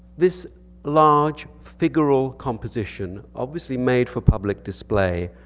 this large, figural composition, obviously made for public display,